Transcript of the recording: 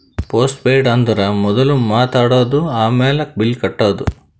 post paid ಅಂದುರ್ ಮೊದುಲ್ ಮಾತ್ ಆಡದು, ಆಮ್ಯಾಲ್ ಬಿಲ್ ಕಟ್ಟದು